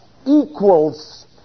equals